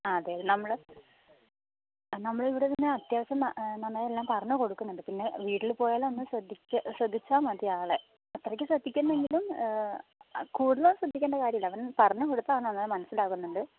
ആ അതെ നമ്മൾ ആ നമ്മളിവിടെ പിന്നെ അത്യാവശ്യം ആ നന്നായിയെല്ലാം പറഞ്ഞു കൊടുക്കുന്നുണ്ട് പിന്നെ വീട്ടിൽ പോയാലും ഒന്ന് ശ്രദ്ധിക്കണം ശ്രദ്ധിച്ചാൽ മതി ആളെ അത്രക്കു ശ്രദ്ധിക്കേണ്ടെങ്കിലും കൂടുതൽ ശ്രദ്ധിക്കേണ്ട കാര്യമില്ല അവൻ പറഞ്ഞു കൊടുത്താൽ അവന് നന്നായി മനസ്സിലാകുന്നുണ്ട്